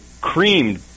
creamed